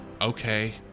okay